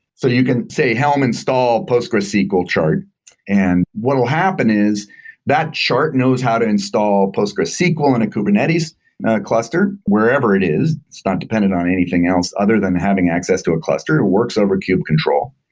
so you can say helm install postgresql chart and what'll happen is that chart knows how to install postgresql in a kubernetes cluster wherever it is. it's not dependent on anything else other than having access to a cluster. it works overview kube control.